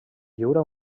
lliura